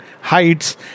heights